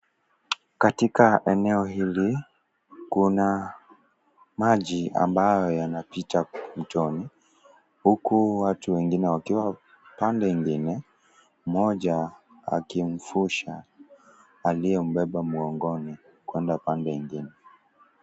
Katika eneo hili kuna maji ambayo yanapita mtoni. Huku watu wengine wakiwa pande nyingine moja akimvusha, aliyembeba mgongoni kwenda pande ingine.